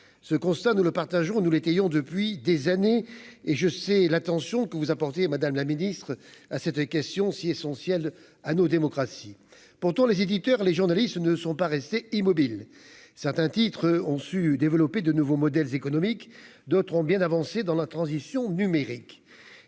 ce constat, nous le partageons nous les payons depuis des années et je sais l'attention que vous apportez, Madame la Ministre à cette question si essentielle à notre démocratie, pourtant les éditeurs, les journalistes ne sont pas restés immobiles, certains titres ont su développer de nouveaux modèles économiques, d'autres ont bien d'avancer dans la transition numérique,